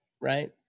right